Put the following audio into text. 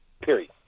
period